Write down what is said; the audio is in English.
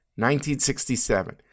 1967